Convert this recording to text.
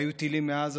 והיו טילים מעזה,